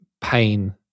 pain